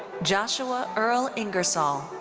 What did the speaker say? joshua earl ingersoll.